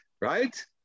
right